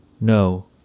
No